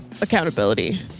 accountability